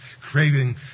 craving